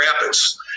Rapids